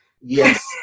yes